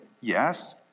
yes